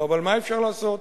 אבל מה אפשר לעשות?